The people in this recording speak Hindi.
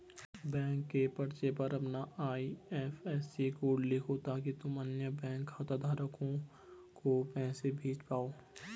बैंक के पर्चे पर अपना आई.एफ.एस.सी कोड लिखो ताकि तुम अन्य बैंक खाता धारक को पैसे भेज पाओ